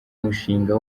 mushinga